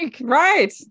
Right